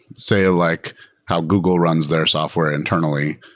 say, ah like how google runs their software internally,